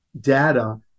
data